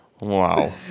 Wow